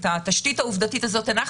הנחנו את התשתית העובדתית הזו?